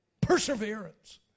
Perseverance